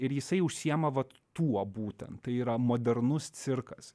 ir jisai užsiima vat tuo būtent tai yra modernus cirkas